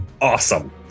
Awesome